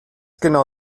genau